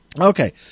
Okay